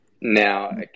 Now